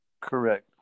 correct